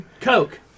Coke